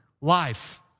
life